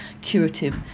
curative